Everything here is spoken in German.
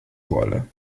wolle